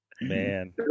Man